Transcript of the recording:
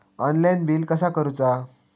Online bill कसा करुचा?